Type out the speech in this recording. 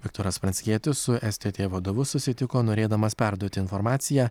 viktoras pranckietis su stt vadovu susitiko norėdamas perduoti informaciją